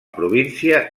província